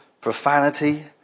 profanity